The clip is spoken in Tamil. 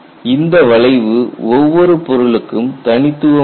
இந்த வளைவு ஒவ்வொரு பொருளுக்கும் தனித்துவமானது